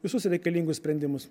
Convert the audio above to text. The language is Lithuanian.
visus reikalingus sprendimus